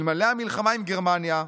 אלמלא המלחמה עם גרמניה,